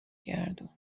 گردون